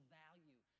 value